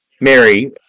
Mary